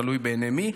תלוי בעיני מי,